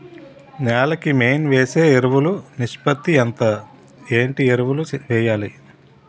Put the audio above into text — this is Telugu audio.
నేల కి మెయిన్ వేసే ఎరువులు నిష్పత్తి ఎంత? ఏంటి ఎరువుల వేయాలి?